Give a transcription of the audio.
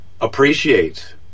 appreciate